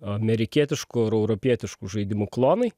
amerikietiškų ir europietiškų žaidimų klonai